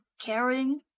caring